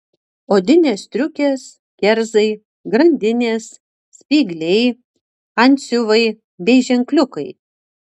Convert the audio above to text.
odinės striukės kerzai grandinės spygliai antsiuvai bei ženkliukai